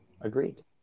agreed